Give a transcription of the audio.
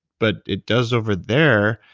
but it does over there.